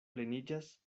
pleniĝas